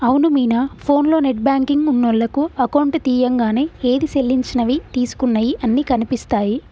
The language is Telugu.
అవును మీనా ఫోన్లో నెట్ బ్యాంకింగ్ ఉన్నోళ్లకు అకౌంట్ తీయంగానే ఏది సెల్లించినవి తీసుకున్నయి అన్ని కనిపిస్తాయి